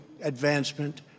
advancement